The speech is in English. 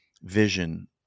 vision